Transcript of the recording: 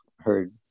heard